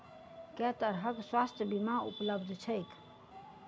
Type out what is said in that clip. केँ तरहक स्वास्थ्य बीमा उपलब्ध छैक?